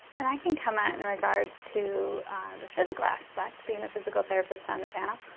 and i can comment in regards to the physical aspect, being the physical therapist on the panel.